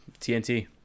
TNT